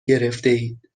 گرفتهاید